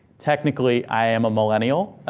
technically, i am a millennial.